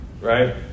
right